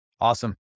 Awesome